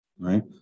Right